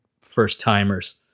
first-timers